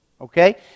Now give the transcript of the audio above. Okay